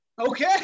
Okay